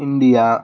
India